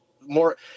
more